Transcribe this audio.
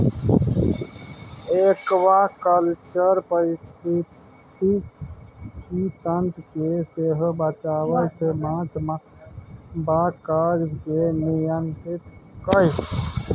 aquaculture पारिस्थितिकी तंत्र केँ सेहो बचाबै छै माछ मारबाक काज केँ नियंत्रित कए